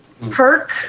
Perk